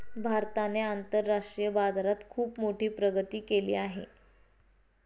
भारताने आंतरराष्ट्रीय बाजारात खुप मोठी प्रगती केली आहे